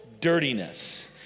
dirtiness